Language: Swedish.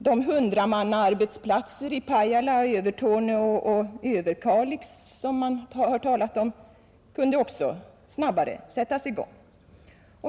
De hundramannaarbetsplatser i Pajala, Övertorneå och Överkalix som man talat om kunde också snabbare sättas i gång.